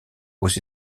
aux